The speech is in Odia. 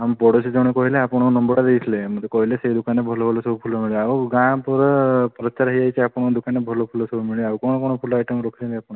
ଆମ ପଡ଼ୋଶୀ ଜଣେ କହିଲେ ଆପଣଙ୍କ ନମ୍ବର ଟା ଦେଇଥିଲେ ମୋତେ କହିଲେ ସେଇ ଦୋକାନରେ ଭଲ ଭଲ ସବୁ ଫୁଲ ମିଳିବ ଆଉ ଗାଁ ପୁରା ପ୍ରଚାର ହେଇଯାଇଛି ଆପଣଙ୍କ ଦୋକାନରେ ଭଲ ଫୁଲ ସବୁ ମିଳିବ ଆଉ କଣ କଣ ଫୁଲ ଆଇଟମ୍ ରଖିଛନ୍ତି ଆପଣ